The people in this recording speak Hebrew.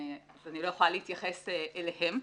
ואני לא יכולה להתייחס אליהן.